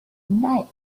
night